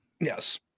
Yes